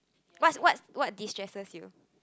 what what what distresses you